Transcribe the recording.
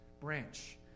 branch